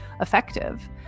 effective